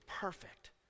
perfect